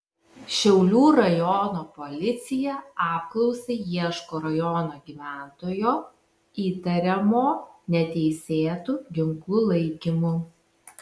šiaulių rajono policija apklausai ieško rajono gyventojo įtariamo neteisėtu ginklu laikymu